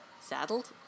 Saddled